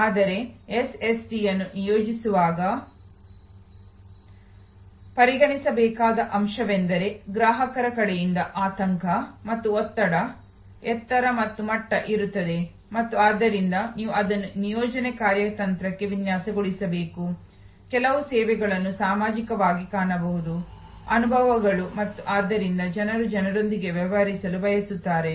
ಆದರೆ ಎಸ್ಎಸ್ಟಿಯನ್ನು ನಿಯೋಜಿಸುವಾಗ ಪರಿಗಣಿಸಬೇಕಾದ ಅಂಶವೆಂದರೆ ಗ್ರಾಹಕರ ಕಡೆಯಿಂದ ಆತಂಕ ಮತ್ತು ಒತ್ತಡದ ಎತ್ತರ ಮತ್ತು ಮಟ್ಟ ಇರುತ್ತದೆ ಮತ್ತು ಆದ್ದರಿಂದ ನೀವು ಅದನ್ನು ನಿಯೋಜನೆ ಕಾರ್ಯತಂತ್ರಕ್ಕೆ ವಿನ್ಯಾಸಗೊಳಿಸಬೇಕು ಕೆಲವು ಸೇವೆಗಳನ್ನು ಸಾಮಾಜಿಕವಾಗಿ ಕಾಣಬಹುದು ಅನುಭವಗಳು ಮತ್ತು ಆದ್ದರಿಂದ ಜನರು ಜನರೊಂದಿಗೆ ವ್ಯವಹರಿಸಲು ಬಯಸುತ್ತಾರೆ